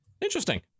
Interesting